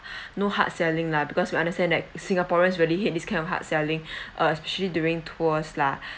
no hard selling lah because we understand that singaporeans really hate this kind of hard selling especially during tours lah